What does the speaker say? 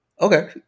Okay